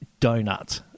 donut